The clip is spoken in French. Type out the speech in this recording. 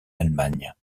d’allemagne